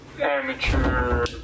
amateur